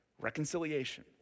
reconciliation